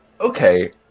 Okay